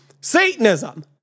Satanism